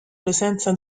presenza